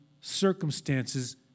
circumstances